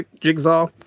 Jigsaw